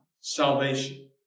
salvation